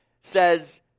says